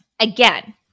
Again